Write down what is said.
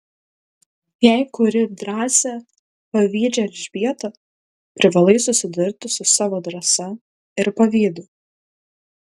jei kuri drąsią pavydžią elžbietą privalai susidurti su savo drąsa ir pavydu